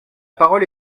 parole